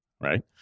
right